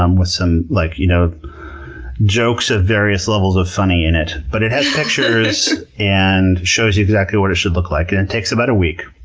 um with some like you know jokes of various levels of funny in it. but it has pictures and shows you exactly what it should look like. it and takes about a week.